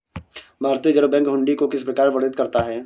भारतीय reserve bank हुंडी को किस प्रकार वर्णित करता है?